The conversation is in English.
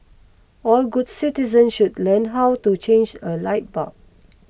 all good citizen should learn how to change a light bulb